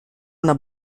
una